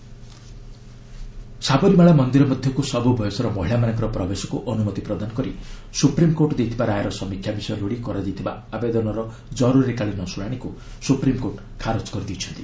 ସାବରିମାଳା ସାବରିମାଳା ମନ୍ଦିର ମଧ୍ୟକୁ ସବୁ ବୟସର ମହିଳାମାନଙ୍କ ପ୍ରବେଶକୁ ଅନୁମତି ପ୍ରଦାନ କରି ସୁପ୍ରିମ୍କୋର୍ଟ ଦେଇଥିବା ରାୟର ସମୀକ୍ଷା ବିଷୟ ଲୋଡ଼ି କରାଯାଇଥିବା ଆବେଦନର ଜରୁରୀକାଳୀନ ଶୁଣାଣିକୁ ସୁପ୍ରିମ୍କୋର୍ଟ ଖାରଜ କରିଦେଇଛନ୍ତି